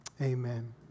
amen